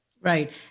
Right